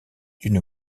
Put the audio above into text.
d’une